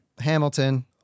Hamilton